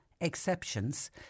exceptions